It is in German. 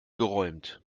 geräumt